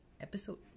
episode